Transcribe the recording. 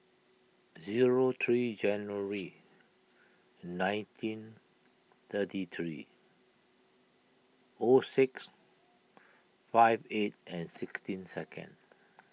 zero three January nineteen thirty three O six five eight and sixteen second